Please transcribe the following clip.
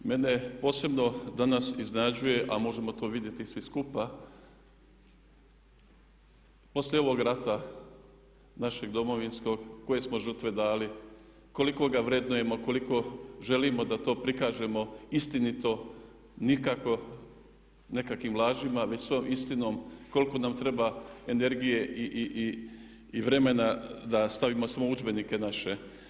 Mene posebno danas iznenađuje, a možemo to vidjeti svi skupa, poslije ovog rata našeg Domovinskog koje smo žrtve dali, koliko ga vrednujemo, koliko želimo da to prikažemo istinito nikako nekakvim lažima već svom istinom, koliko nam treba energije i vremena da stavimo samo u udžbenike naše.